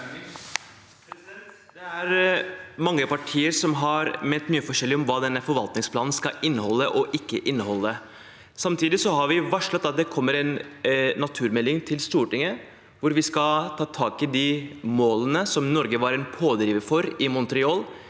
Det er mange partier som har ment mye forskjellig om hva denne forvaltningsplanen skal inneholde og ikke inneholde. Samtidig har vi varslet at det kommer en naturmelding til Stortinget, hvor vi skal ta tak i de målene som Norge var en pådriver for i Montreal,